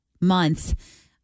month